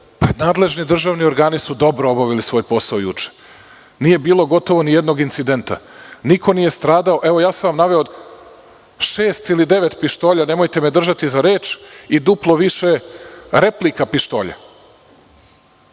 nadležni državni organi dobro obavljaju svoj posao juče. Nije bilo gotovo nijednog incidenta. Niko nije stradao. Naveo sam vam šest ili devet pištolja, nemojte me držati za reč, i duplo više replika pištolja.